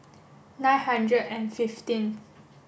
nine hundred and fifteenth